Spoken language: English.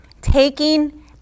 Taking